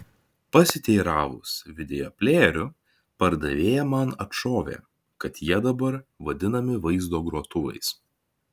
pasiteiravus videoplejerių pardavėja man atšovė kad jie dabar vadinami vaizdo grotuvais